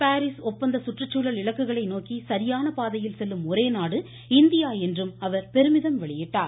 Paris ஒப்பந்த சுற்றுச்சூழல் இலக்குகளை நோக்கி சரியான பாதையில் செல்லும் ஒரே நாடு இந்தியா என்றும் அவர் பெருமிதம் வெளியிட்டார்